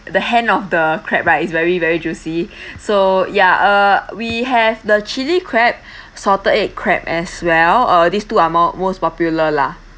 the hand of the crab right is very very juicy so ya uh we have the chilli crab salted egg crab as well uh these two are more most popular lah